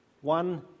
One